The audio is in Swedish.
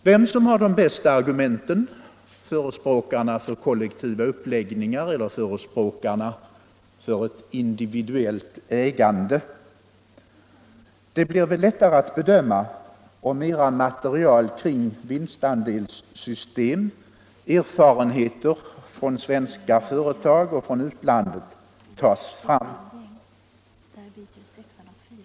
Vem som har de bästa argumenten, förespråkarna för kollektiva uppläggningar eller förespråkarna för ett individuellt ägande, blir väl lättare att bedöma om mera material kring vinstandelssystem, erfarenheter från svenska företag och från utlandet, tas fram.